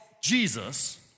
Jesus